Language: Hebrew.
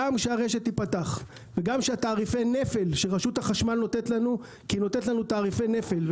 באחריות: רשות החשמל נותנת לנו תעריפי נפל,